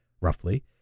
roughly